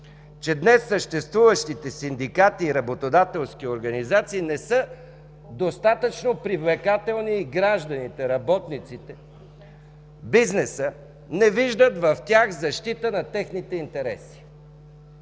че днес съществуващите синдикати и работодателски организации не са достатъчно привлекателни и гражданите, работниците, бизнесът не виждат в тях защита на техните интереси.